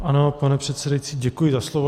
Ano, pane předsedající, děkuji za slovo.